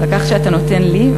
ועל כך שאתה נותן לי,